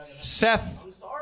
Seth